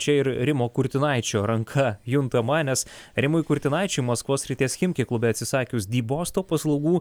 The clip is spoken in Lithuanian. čia ir rimo kurtinaičio ranka juntama nes rimui kurtinaičiui maskvos srities chimki klube atsisakius dy bosto paslaugų